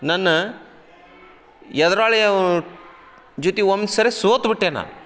ನನ್ನ ಎದುರಾಳಿಯವರ ಜೊತಿಗೆ ಒಂದ್ಸರಿ ಸೋತ್ಬಿಟ್ಟೆ ನಾ